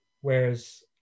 whereas